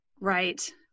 Right